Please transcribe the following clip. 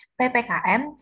PPKM